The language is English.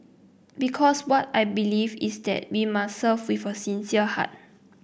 because what I believe is that we must serve with a sincere heart